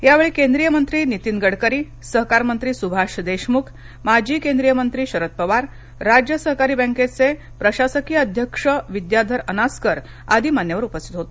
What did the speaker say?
या वेळी केंद्रीय मंत्री नितीन गडकरी सहकारमंत्री सुभाष देशमुख माजी केंद्रीय मंत्री शरद पवार राज्य सहकारी बँकेचे प्रशासकीय अध्यक्ष विद्याधर अनास्कर आदी मान्यवर उपस्थित होते